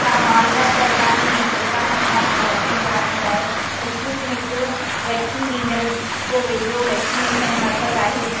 छा बालघाट इलाइक़े में पंद्रहं सत्रहं साल उमिरि वारनि लाइ स्पूतनिक वैक्सीन ॾींदड़ को वेझो वैक्सीनेशन मर्कज़ु आहे